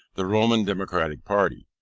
the roman democratic party.